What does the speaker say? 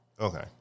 Okay